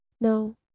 no